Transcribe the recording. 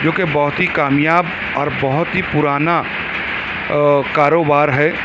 جو کہ بہت ہی کامیاب اور بہت ہی پرانا کاروبار ہے